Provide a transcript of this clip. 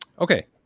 Okay